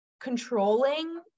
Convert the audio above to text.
controlling